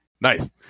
Nice